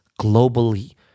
globally